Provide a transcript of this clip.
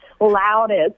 loudest